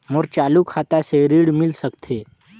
मोर चालू खाता से ऋण मिल सकथे?